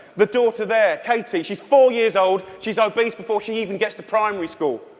the daughter there, katie, she's four years old. she's obese before she even gets to primary school.